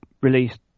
released